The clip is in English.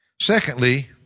Secondly